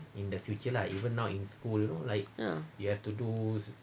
ah